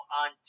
on